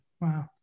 Wow